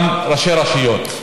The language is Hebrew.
גם ראשי רשויות.